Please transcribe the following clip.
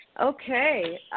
Okay